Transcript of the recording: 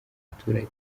baturage